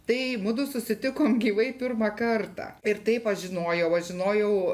tai mudu susitikom gyvai pirmą kartą ir taip aš žinojau žinojau